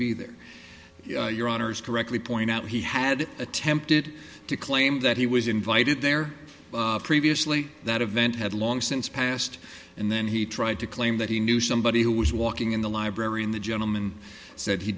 be there your honour's correctly point out he had attempted to claim that he was invited there previously that event had long since passed and then he tried to claim that he knew somebody who was walking in the library in the gentleman said he